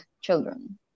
children